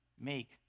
make